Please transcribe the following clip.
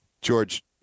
George